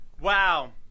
Wow